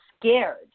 scared